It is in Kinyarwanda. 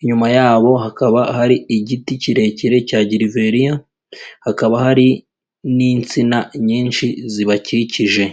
inyuma yabo hakaba hari igiti kirekire cya gerveriya, hakaba hari n'insina nyinshi zibakikije.